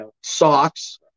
socks